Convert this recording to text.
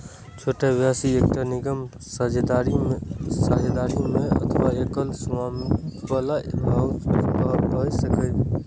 छोट व्यवसाय एकटा निगम, साझेदारी मे अथवा एकल स्वामित्व बला भए सकैए